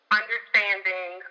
understanding